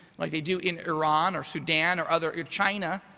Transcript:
like they do in iran or sudan or other. china,